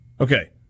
Okay